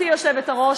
גברתי היושבת-ראש,